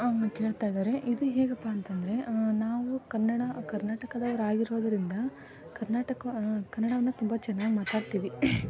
ಅವನ್ನು ಕೇಳ್ತಾ ಇದ್ದಾರೆ ಇದು ಹೇಗಪ್ಪ ಅಂತಂದರೆ ನಾವು ಕನ್ನಡ ಕರ್ನಾಟಕದವರಾಗಿರೋದ್ರಿಂದ ಕರ್ನಾಟಕ ಕನ್ನಡಾನ ತುಂಬ ಚೆನ್ನಾಗಿ ಮಾತಾಡ್ತೀವಿ